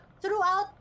throughout